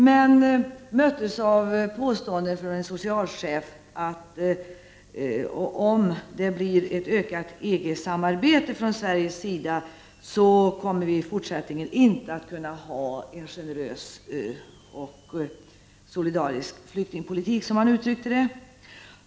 Jag möttes av påståendet från en socialchef att vi från Sveriges sida i fortsättningen inte kommer att kunna ha en generös och solidarisk flyktingpolitik om det blir ett ökat EG-samarbete.